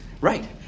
Right